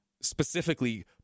specifically